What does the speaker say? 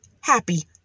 happy